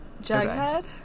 Jughead